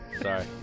Sorry